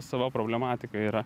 sava problematika yra